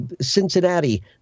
Cincinnati